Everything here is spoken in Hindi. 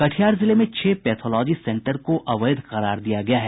कटिहार जिले में छह पैथोलॉजी सेंटर को अवैध करार दिया गया है